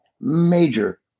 major